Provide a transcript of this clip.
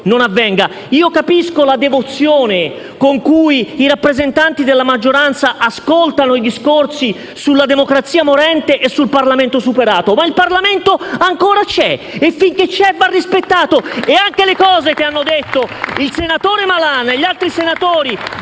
non avvenga. Capisco la devozione con cui i rappresentanti della maggioranza ascoltano i discorsi sulla democrazia morente e sul Parlamento superato, ma il Parlamento ancora c'è, e finché c'è va rispettato. *(Applausi dal Gruppo PD).* Anche quanto detto dal senatore Malan e dagli altri senatori